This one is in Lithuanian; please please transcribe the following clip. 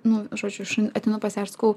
nu žodžiu aš ateinu pas ją ir sakau